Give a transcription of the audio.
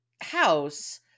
house